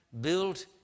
built